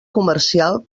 comercial